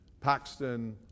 Paxton